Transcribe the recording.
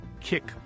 kick